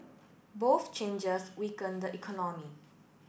both changes weaken the economy